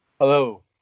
Hello